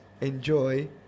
enjoy